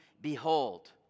behold